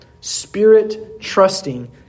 spirit-trusting